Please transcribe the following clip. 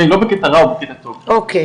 לא בקטע רע או בקטע טוב,